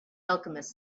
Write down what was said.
alchemist